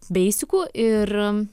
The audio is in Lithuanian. beisikų ir